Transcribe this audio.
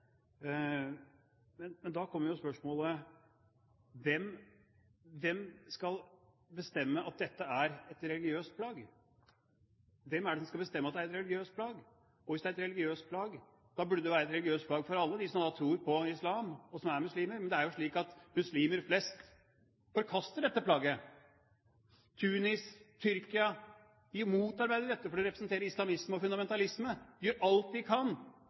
Men da kommer jo spørsmålet: Hvem skal bestemme at dette er et religiøst plagg? Og hvis det er et religiøst plagg, burde det jo være et religiøst plagg for alle de som tror på islam, og som er muslimer. Men det er jo slik at muslimer flest forkaster dette plagget. Tunisia og Tyrkia motarbeider dette fordi det representerer islamisme og fundamentalisme. De gjør alt de kan